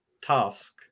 task